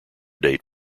date